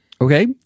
okay